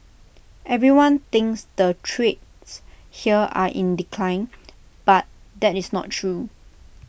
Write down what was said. everyone thinks the trades here are in decline but that is not true